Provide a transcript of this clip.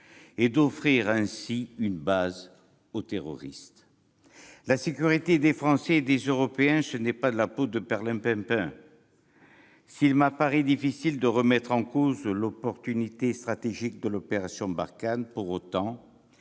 et d'offrir ainsi une base aux terroristes ! La sécurité des Français et des Européens, ce n'est pas de la poudre de perlimpinpin ... S'il me paraît difficile de remettre en cause l'opportunité stratégique de l'opération Barkhane, pour autant,